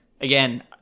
Again